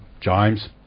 James